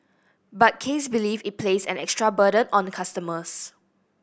but Case believe it place an extra burden on customers